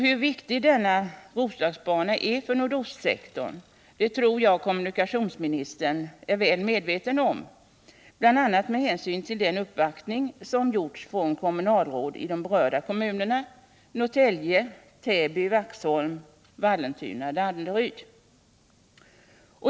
Hur viktig Roslagsbanan är för nordostsektorn tror jag att kommunikationsministern är väl medveten om, bl.a. med hänsyn till den uppvaktning som gjorts av kommunalråd i de berörda kommunerna Norrtälje, Täby, Vaxholm, Vallentuna och Danderyd.